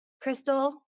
Crystal